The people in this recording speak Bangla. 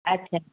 আচ্ছা